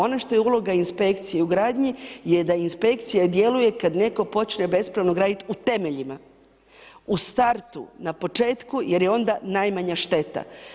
Ono što je uloga inspekcije i u gradnji je da inspekcija djeluje kad netko počne besplatno graditi u temeljima, u startu, na početku jer je onda najmanja šteta.